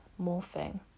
morphing